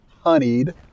honeyed